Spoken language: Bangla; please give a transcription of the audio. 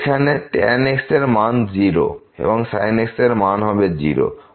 এখানে tan x এরমান হবে 0 এবং sin x এর মান হবে 0